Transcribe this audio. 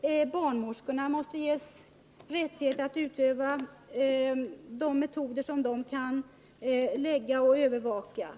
för detta. Barnmorskorna måste ges rättighet att tillämpa de smärtlindringsmetoder de kan använda och övervaka.